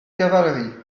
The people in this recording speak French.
cavalerie